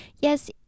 yes